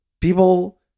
people